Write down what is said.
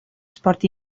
sport